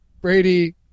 brady